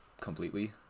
completely